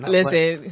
Listen